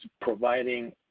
providing